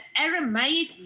Aramaic